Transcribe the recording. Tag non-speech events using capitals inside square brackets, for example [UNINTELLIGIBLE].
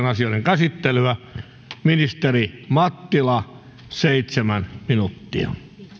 [UNINTELLIGIBLE] asioiden käsittelyä ministeri mattila seitsemän minuuttia